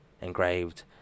engraved